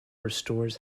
restores